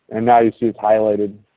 and now you see it's highlighted